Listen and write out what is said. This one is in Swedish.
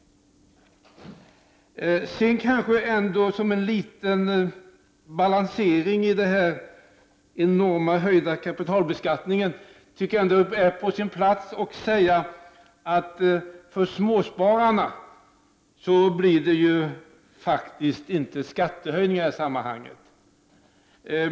Som en liten balansering av talet om den enormt höjda kapitalbeskattningen tycker jag ändå att det är på sin plats att säga att för småspararna blir det faktiskt inte skattehöjningar i sammanhanget.